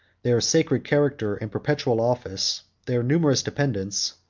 their sacred character, and perpetual office, their numerous dependants,